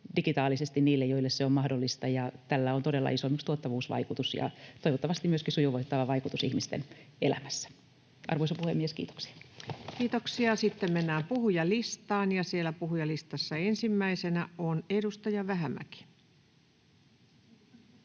digitaalisesti niille, joille se on mahdollista, ja tällä on todella iso esimerkiksi tuottavuusvaikutus ja toivottavasti myöskin sujuvoittava vaikutus ihmisten elämässä. — Arvoisa puhemies, kiitoksia. Kiitoksia. — Sitten mennään puhujalistaan, ja siellä puhujalistassa ensimmäisenä oleva edustaja Vähämäki